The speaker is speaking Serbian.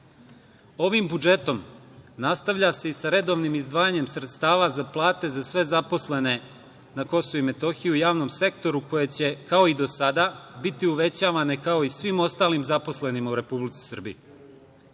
budžetom nastavlja se i sa redovnim izdvajanjem sredstava za plate za sve zaposlene na Kosovu i Metohiji u javnom sektoru, koje će kao i do sada biti uvećavane kao i svim ostalim zaposlenima u Republici Srbiji. Ovaj